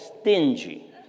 stingy